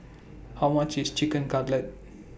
How much IS Chicken Cutlet